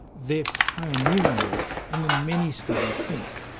their pioneering work, and the many studies since,